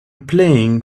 playing